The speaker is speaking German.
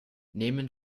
nehmen